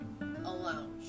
alone